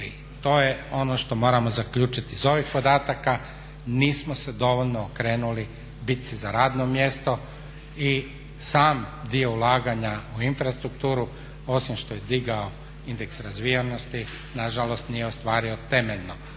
to je ono što moramo zaključiti iz ovih podataka nismo se dovoljno okrenuli bitci za radno mjesto i sam dio ulaganja u infrastrukturu osim što je digao indeks razvijenosti nažalost nije ostvario temeljno